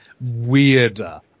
weirder